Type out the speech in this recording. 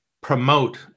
promote